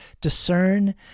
discern